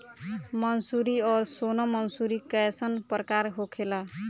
मंसूरी और सोनम मंसूरी कैसन प्रकार होखे ला?